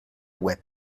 web